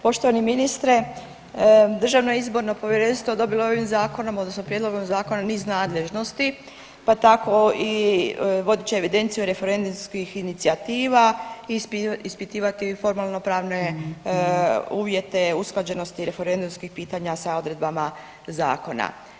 Poštovani ministre Državno izborno povjerenstvo dobilo je ovim zakonom odnosno prijedlogom zakona niz nadležnosti pa tako vodit će evidenciju referendumskih inicijativa, ispitivati formalno-pravne uvjete usklađenosti referendumskih pitanja sa odredbama zakona.